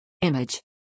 Image